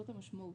זאת המשמעות.